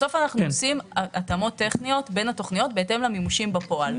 בסוף אנחנו עושים התאמות טכניות בין התכניות בהתאם למימושים בפועל.